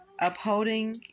upholding